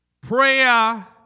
Prayer